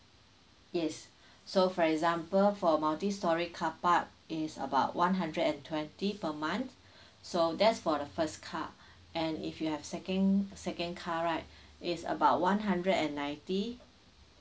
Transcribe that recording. yes so for example for a multistorey carpark is about one hundred and twenty per month so that's for the first car and if you have second second car right is about one hundred and ninety